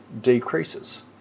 decreases